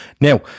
Now